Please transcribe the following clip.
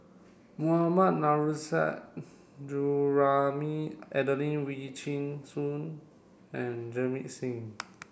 Mohammad Nurrasyid Juraimi Adelene Wee Chin Suan and Jamit Singh